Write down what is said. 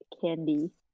Candy